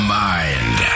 mind